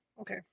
Okay